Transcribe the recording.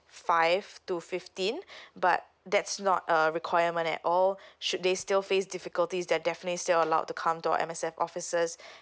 five to fifteen but that's not a requirement at all should they still face difficulties is they definitely still allowed to come to M_S_F officers